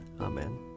Amen